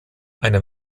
eine